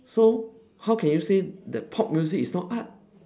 so how can you say that pop music is not art